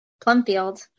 Plumfield